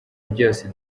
byose